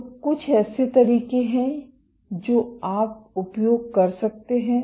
तो कुछ ऐसे तरीके हैं जो आप उपयोग कर सकते हैं